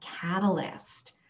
catalyst